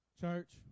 Church